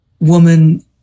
woman